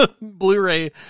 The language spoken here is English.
Blu-ray